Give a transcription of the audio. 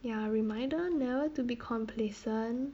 ya reminder never to be complacent